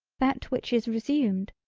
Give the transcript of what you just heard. that which is resumed,